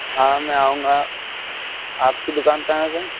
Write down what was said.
ہاں میں آؤں گا آپ کی دکان کہاں ہے سر